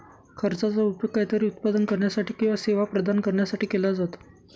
खर्चाचा उपयोग काहीतरी उत्पादन करण्यासाठी किंवा सेवा प्रदान करण्यासाठी केला जातो